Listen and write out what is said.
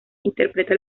interpreta